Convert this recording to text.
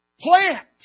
Plant